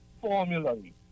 formulary